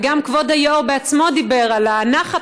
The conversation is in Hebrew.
וגם כבוד היושב-ראש בעצמו דיבר על הנחת